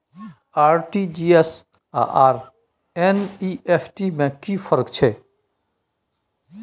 RTG S आर NEFT में कि फर्क छै?